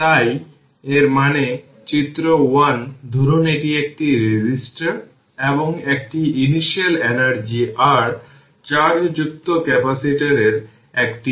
তাই তার মানে চিত্র 1 ধরুন এটি একটি রেজিস্টর এবং একটি ইনিশিয়াল এনার্জি r চার্জ যুক্ত ক্যাপাসিটরের একটি সিরিজ কম্বিনেশন দেখায়